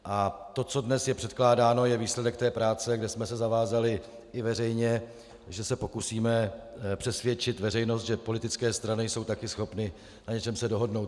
A to, co je dnes předkládáno, je výsledek té práce, kde jsme se zavázali i veřejně, že se pokusíme přesvědčit veřejnost, že politické strany jsou taky schopny na něčem se dohodnout.